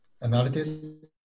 analysis